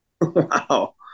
Wow